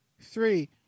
three